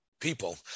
people